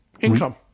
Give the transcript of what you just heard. income